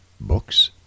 books